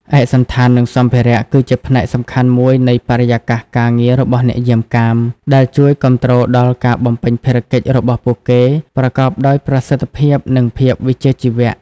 ឯកសណ្ឋាន និងសម្ភារៈ គឺជាផ្នែកសំខាន់មួយនៃបរិយាកាសការងាររបស់អ្នកយាមកាម ដែលជួយគាំទ្រដល់ការបំពេញភារកិច្ចរបស់ពួកគេប្រកបដោយប្រសិទ្ធភាព និងភាពជាវិជ្ជាជីវៈ។